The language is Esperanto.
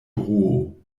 bruo